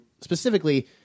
specifically